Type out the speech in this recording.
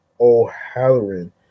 o'halloran